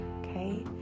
okay